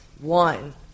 one